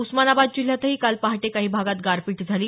उस्मानाबाद जिल्ह्यातही काल पहाटे काही भागात गारपीट झाली